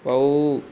भाऊ